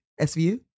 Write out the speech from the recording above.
SVU